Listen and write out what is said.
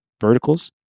verticals